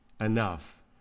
enough